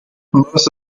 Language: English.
most